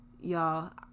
y'all